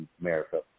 America